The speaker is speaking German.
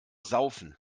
saufen